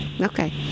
Okay